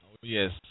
Yes